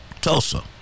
Tulsa